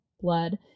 blood